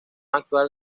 actual